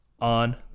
on